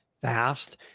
fast